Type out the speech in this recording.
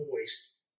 voice